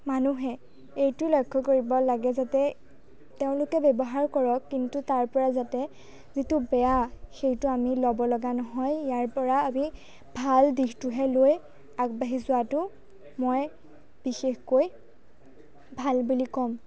মানুহে এইটো লক্ষ্য কৰিব লাগে যাতে তেওঁলোকে ব্যৱহাৰ কৰক কিন্তু তাৰ পৰা যাতে যিটো বেয়া সেইটো আমি ল'ব লগা নহয় ইয়াৰ পৰা আমি ভাল দিশটোহে লৈ আগবাঢ়ি যোৱাটো মই বিশেষকৈ ভাল বুলি কম